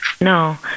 No